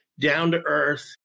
down-to-earth